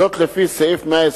לפי סעיף 123(א)